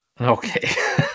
Okay